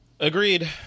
Agreed